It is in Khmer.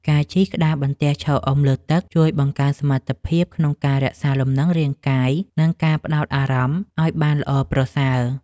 ការជិះក្តារបន្ទះឈរអុំលើទឹក ជួយបង្កើនសមត្ថភាពក្នុងការរក្សាលំនឹងរាងកាយ និងការផ្ដោតអារម្មណ៍ឱ្យបានល្អប្រសើរ។